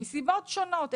מסיבות שונות.